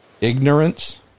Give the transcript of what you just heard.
ignorance